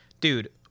Dude